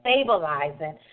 stabilizing